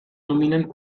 nominan